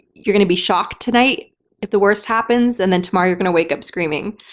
you're gonna be shocked tonight if the worst happens and then tomorrow you're gonna wake up screaming.